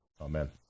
Amen